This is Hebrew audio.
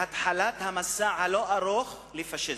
והם התחלת המסע הלא-ארוך לפאשיזם.